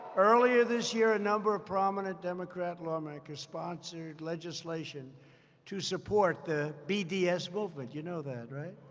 earlier this year, a number of prominent democrat lawmakers sponsored legislation to support the bds movement. you know that, right?